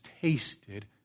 tasted